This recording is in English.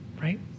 Right